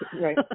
right